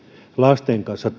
lasten kanssa